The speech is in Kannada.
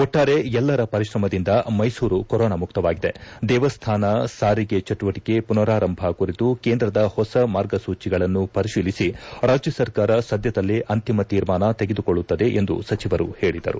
ಒಟ್ಟಾರೆ ಎಲ್ಲರ ಪರಿಶ್ರಮದಿಂದ ಮೈಸೂರು ಕೊರೋನಾ ಮುಕ್ತವಾಗಿದೆ ದೇವಾಸ್ಥಾನ ಸಾರಿಗೆ ಚಟುವಟಿಕೆ ಪುನರಾರಂಭ ಕುರಿತು ಕೇಂದ್ರದ ಹೊಸ ಮಾರ್ಗ ಸೂಚಿಗಳನ್ನು ಪರಿಶೀಲಿಸಿ ರಾಜ್ಯ ಸರ್ಕಾರ ಸದ್ದದಲ್ಲೇ ಅಂತಿಮ ತೀರ್ಮಾನ ತೆಗೆದುಕೊಳ್ಳುತ್ತದೆ ಎಂದು ಸಚಿವರು ಹೇಳಿದರು